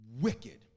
wicked